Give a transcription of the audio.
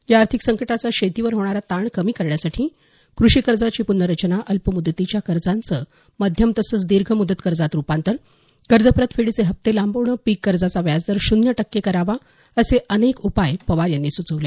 या आर्थिक संकटाचा शेतीवर होणारा ताण कमी करण्यासाठी कृषी कर्जाची प्नर्रचना अल्पमूदतीच्या कर्जाचं मध्यम तसंच दीर्घ मूदत कर्जात रुपांतर कर्ज परतफेडीचे हप्ते लांबवणं पीककर्जाचा व्याजदर शून्य टक्के करावा असे अनेक उपाय पवार यांनी सुचवले